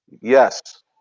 Yes